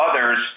others